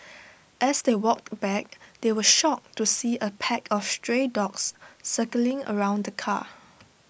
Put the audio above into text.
as they walked back they were shocked to see A pack of stray dogs circling around the car